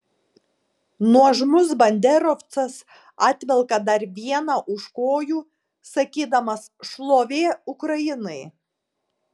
nuožmus banderovcas atvelka dar vieną už kojų sakydamas šlovė ukrainai